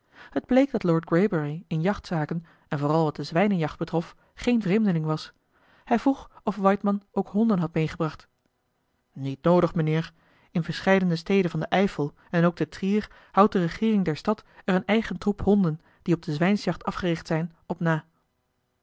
het bleek dat lord greybury in jachtzaken en vooral wat de zwijnenjacht betrof geen vreemdeling was hij vroeg of waidmann ook honden had meegebracht niet noodig mijnheer in verscheidene steden van den eifel en ook te trier houdt de regeering der stad er een eigen troep honden die op de zwijnsjacht afgericht zijn op na